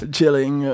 Chilling